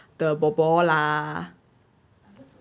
the ball ball lah